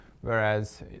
whereas